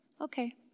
Okay